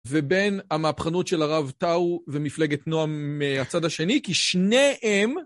ובין המהפכנות של הרב טאו ומפלגת נועם מהצד השני, כי שניהם...